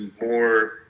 more –